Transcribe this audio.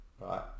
right